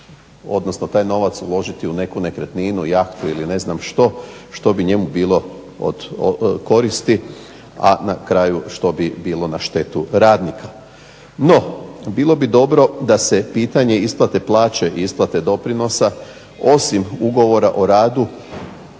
odnosno taj novac uložiti u neku nekretninu, jahtu ili ne znam što, što bi njemu bilo od koristi, a na kraju što bi bilo na štetu radnika. No, bilo bi dobro da se pitanje isplate plaće i isplate doprinosa osim ugovora o radu